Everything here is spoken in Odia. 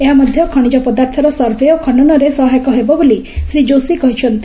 ଏହା ମଧ୍ୟ ଖଣିଜ ପଦାର୍ଥର ସଭେ ଓ ଖନନରେ ସହାୟକ ହେବ ବୋଲି ଶ୍ରୀ କୋଶୀ କହିଚ୍ଚନ୍ତି